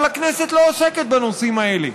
אבל הכנסת לא עוסקת בנושאים האלה.